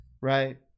right